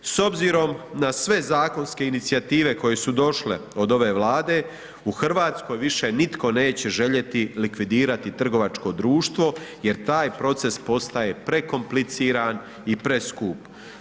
S obzirom na sve zakonske inicijative koje su došle od ove Vlade u Hrvatskoj više nitko neće željeti likvidirati trgovačko društvo jer taj proces postaje prekompliciran i preskup.